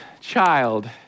child